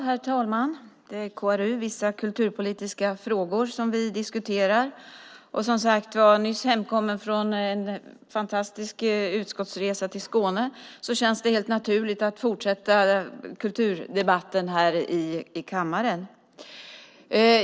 Herr talman! Det är KrU5 Vissa kulturpolitiska frågor vi diskuterar. Nyss hemkommen från en fantastisk utskottsresa till Skåne känner jag det helt naturligt att fortsätta kulturdebatten här i kammaren.